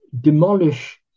demolish